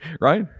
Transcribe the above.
Right